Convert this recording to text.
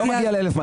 לא מגיע ל-1,200.